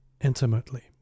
intimately